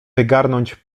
wygarnąć